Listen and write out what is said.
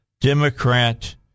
Democrat